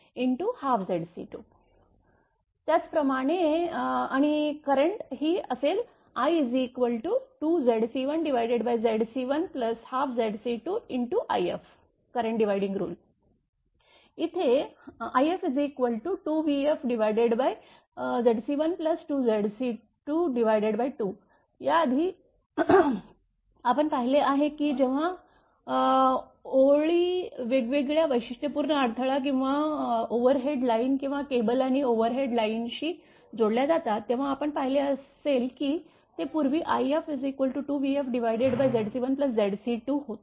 Zc22 त्याचप्रमाणे आणि current ही असेल i2Zc1Zc1Zc22if इथे if2vfZc1Zc22 याआधी आपण पाहिले आहे की जेव्हा 2 ओळी वेगवेगळ्या वैशिष्ट्यपूर्ण अडथळा किंवा ओव्हरहेड लाईन किंवा केबल आणि ओव्हरहेड लाईनशी जोडल्या जातात तेव्हा आपण पाहिले असेल की ते पूर्वी if 2vfZc1Zc2होते